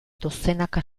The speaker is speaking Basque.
dozenaka